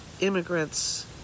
immigrants